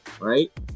right